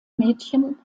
mädchen